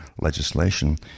legislation